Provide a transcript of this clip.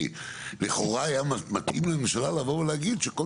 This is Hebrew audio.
כי לכאורה היה מתאים לממשלה לבוא ולהגיד שכל